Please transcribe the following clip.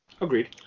Agreed